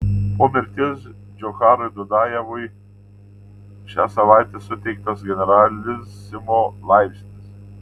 po mirties džocharui dudajevui šią savaitę suteiktas generalisimo laipsnis